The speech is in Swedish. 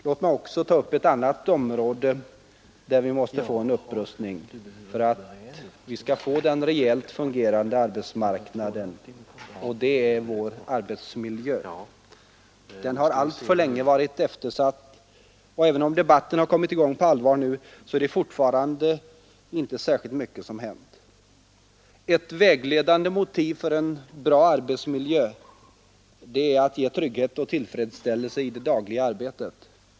Låt mig också ta upp ett annat området som måste få en upprustning för att vi skall få en reellt fungerande arbetsmarknad, nämligen vår angeläget att den arbetsmiljö. Den har alltför länge varit eftersatt, och även om debatten nu har kommit i gång på allvar är det fortfarande inte särskilt mycket som hänt. Ett vägledande motiv för en bra arbetsmiljö är att ge trygghet och tillfredsställelse i det dagliga arbetet.